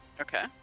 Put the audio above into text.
okay